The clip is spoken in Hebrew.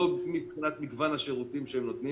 לא מבחינת מגוון השירותים שהם נותנים